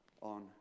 on